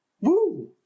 Woo